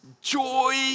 joy